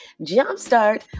jumpstart